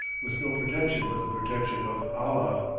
with no protection but the protection of allah.